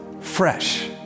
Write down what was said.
fresh